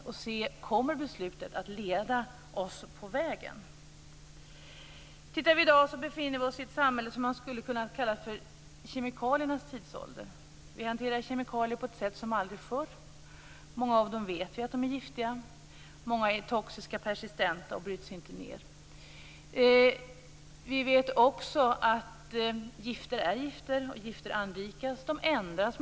Man måste fråga sig om beslutet i fråga kommer att leda oss på vägen. I dag befinner vi oss i ett samhälle som skulle kunna kallas för kemikaliernas tidsålder. Vi hanterar kemikalier som vi aldrig förr har gjort. Vi vet att många av dem är giftiga. Många är toxiska och persistenta och bryts inte ned. Vi vet också att gifter är gifter, och gifter anrikas. De ändras.